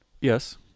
Yes